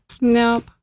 Nope